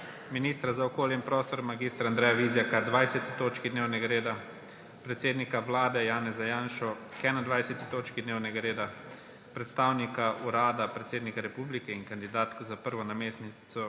ministra za okolje in prostor mag. Andreja Vizjaka k 20. točki dnevnega reda, predsednika Vlade Janeza Janšo k 21. točki dnevnega reda, predstavnika Urada predsednika republike in kandidatko za prvo namestnico